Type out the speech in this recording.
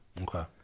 Okay